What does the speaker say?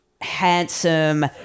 handsome